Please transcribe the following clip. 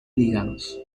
ligados